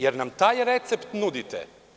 Da li nam taj recept nudite?